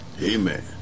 Amen